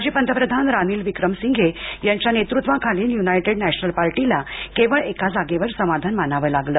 माजी पंतप्रधान रानिल विक्रमसिंघे यांच्या नेतृत्वाखालील युनायटेड नॅशनल पार्टीला केवळ एका जागेवर समाधान मानावे लागले